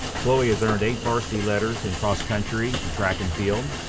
chloe has earned eight varsity letters in cross country and track and field.